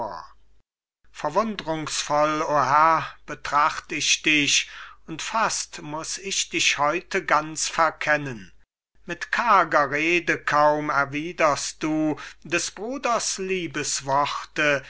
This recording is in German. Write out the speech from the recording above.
verwundrungsvoll o herr betracht ich dich und fast muß ich dich heute ganz verkennen mit karger rede kaum erwiederst du des bruders